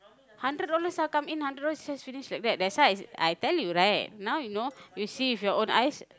hundred dollars ah come in hundred dollars just finish like that that's why I I tell you right now you know you see with your own eyes